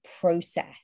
process